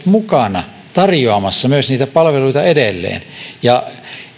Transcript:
mukana tarjoamassa niitä palveluita edelleen ja